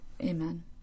Amen